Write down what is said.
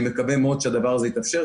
אני מקווה מאוד שהדבר הזה יתאפשר.